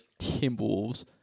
Timberwolves